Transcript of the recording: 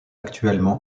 actuellement